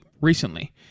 recently